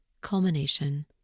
culmination